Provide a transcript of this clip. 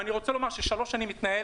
ואני רוצה לומר שבמשך שלוש שנים מתנהל